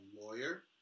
lawyer